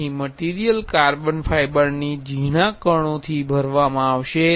તેથી material carbon ફાઇબરના ઝીણા કણોથી ભરાશે